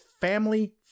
family